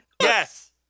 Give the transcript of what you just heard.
yes